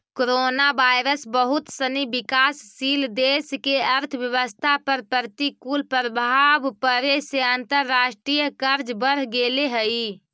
coronavirus बहुत सनी विकासशील देश के अर्थव्यवस्था पर प्रतिकूल प्रभाव पड़े से अंतर्राष्ट्रीय कर्ज बढ़ गेले हई